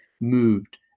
Moved